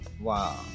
Wow